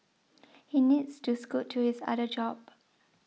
he needs to scoot to his other job